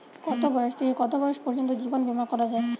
কতো বয়স থেকে কত বয়স পর্যন্ত জীবন বিমা করা যায়?